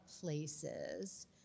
places